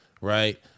right